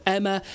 Emma